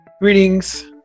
Greetings